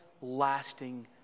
lasting